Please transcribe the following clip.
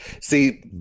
See